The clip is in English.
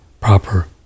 proper